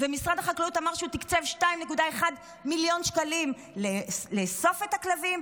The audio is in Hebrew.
משרד החקלאות אמר שהוא תקצב 2.1 מיליוני שקלים לאיסוף הכלבים,